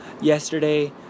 Yesterday